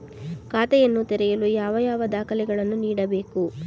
ಖಾತೆಯನ್ನು ತೆರೆಯಲು ಯಾವ ಯಾವ ದಾಖಲೆಗಳನ್ನು ನೀಡಬೇಕು?